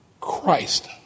Christ